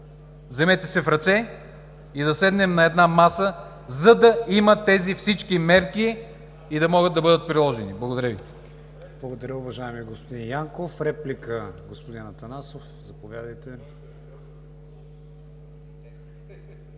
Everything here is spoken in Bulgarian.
Вземете се в ръце и да седнем на една маса, за да ги има всички тези мерки и да могат да бъдат приложени! Благодаря Ви.